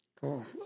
Cool